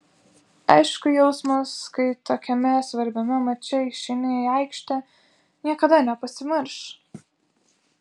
aišku jausmas kai tokiame svarbiame mače išeini į aikštę niekada nepasimirš